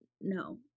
No